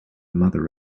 mother